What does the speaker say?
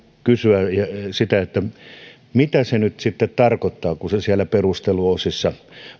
kysyä sitä mitä se nyt sitten tarkoittaa kun se siellä perusteluosissa